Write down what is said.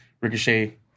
Ricochet